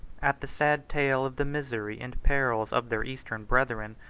at the sad tale of the misery and perils of their eastern brethren,